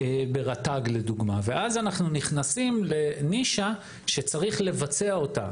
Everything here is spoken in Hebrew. רט"ג למשל ואז אנחנו נכנסים לנישה שצריך לבצע אותה,